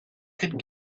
could